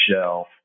shelf